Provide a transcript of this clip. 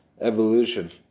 evolution